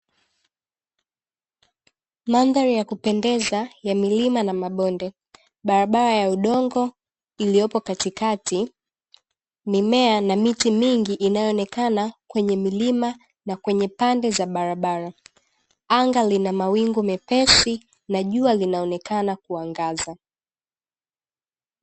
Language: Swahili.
Mandhari ya kupendeza ya milima na mabonde, barabara ya udongo iliyopo katikati, mimea na miti mingi inayoonekana kwenye milima na kwenye pande za barabara. Anga lina mawingu mepesi na jua linaonekana kuangaza.